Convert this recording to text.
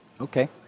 Okay